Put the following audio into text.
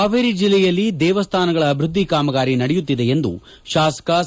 ಹಾವೇರಿ ಜಿಲ್ಲೆಯಲ್ಲಿ ದೇವಸ್ಥಾನಗಳ ಅಭಿವೃದ್ದಿ ಕಾಮಗಾರಿ ನಡೆಯುತ್ತಿದೆ ಎಂದು ಶಾಸಕ ಸಿ